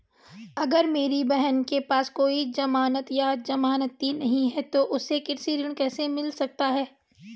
अगर मेरी बहन के पास कोई जमानत या जमानती नहीं है तो उसे कृषि ऋण कैसे मिल सकता है?